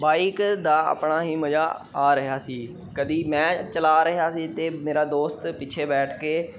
bike ਦਾ ਆਪਣਾ ਹੀ ਮਜ਼ਾ ਆ ਰਿਹਾ ਸੀ ਕਦੇ ਮੈਂ ਚਲਾ ਰਿਹਾ ਸੀ ਅਤੇ ਮੇਰਾ ਦੋਸਤ ਪਿੱਛੇ ਬੈਠ ਕੇ